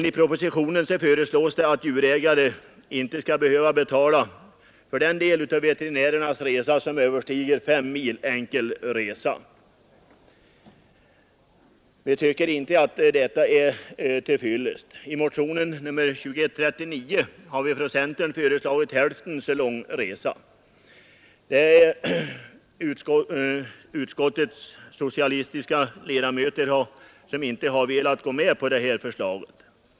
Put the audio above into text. I propositionen föreslås att djurägare inte skall behöva betala för den del av veterinärernas resa som överstiger fem mil enkel resa. Vi tycker inte att detta är till fyllest. I motionen 2139 har vi från centern föreslagit hälften så lång resa. Utskottets socialistiska ledamöter har inte velat gå med på vårt förslag.